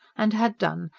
and had done,